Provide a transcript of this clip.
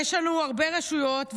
יש לנו הרבה רשויות,